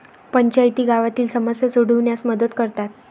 पंचायती गावातील समस्या सोडविण्यास मदत करतात